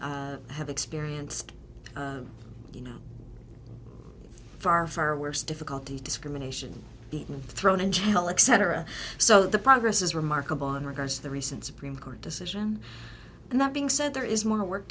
s have experienced you know far far worse difficulties discrimination be thrown in jail etc so the progress is remarkable in regards to the recent supreme court decision and that being said there is more work